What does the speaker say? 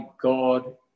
God